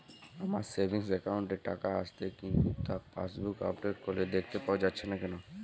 আমার savings account এ টাকা আসছে কিন্তু তা পাসবুক আপডেট করলে দেখতে পাওয়া যাচ্ছে না কেন?